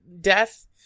Death